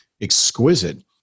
exquisite